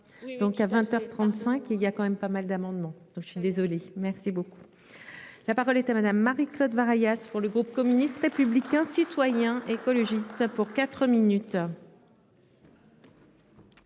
donc à 20h 35. Il y a quand même pas mal d'amendements, donc je suis désolé. Merci beaucoup. La parole est à madame Marie-Claude variable pour le groupe communiste, républicain, citoyen et écologiste pour 4 minutes.